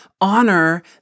honor